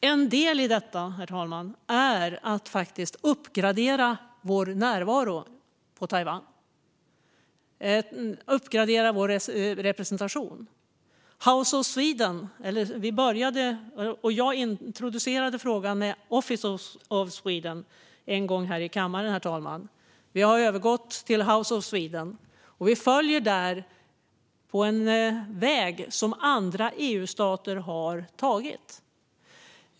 En del i detta är att uppgradera vår närvaro i Taiwan, att uppgradera vår representation. Jag introducerade frågan om Office of Sweden en gång här i kammaren, herr talman. Vi har övergått till House of Sweden, och vi följer därmed en väg som andra EU-stater har tagit.